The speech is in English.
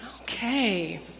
Okay